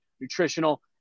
nutritional